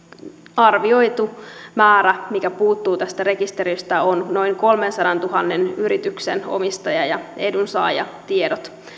arvioitu määrä mikä puuttuu tästä rekisteristä on noin kolmensadantuhannen yrityksen omistaja ja edunsaajatiedot